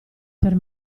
per